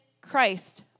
Christ